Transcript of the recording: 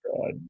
God